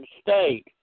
state